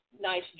nice